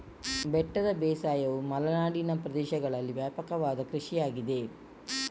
ಬೆಟ್ಟದ ಬೇಸಾಯವು ಮಲೆನಾಡಿನ ಪ್ರದೇಶಗಳಲ್ಲಿ ವ್ಯಾಪಕವಾದ ಕೃಷಿಯಾಗಿದೆ